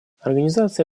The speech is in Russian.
организация